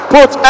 Put